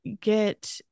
get